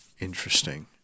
Interesting